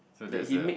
so that's the